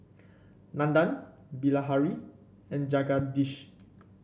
Nandan Bilahari and Jagadish